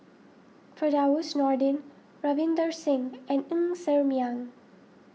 Firdalrus Nordin Ravinder Singh and Ng Ser Miang